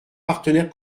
partenaires